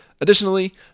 Additionally